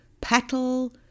petal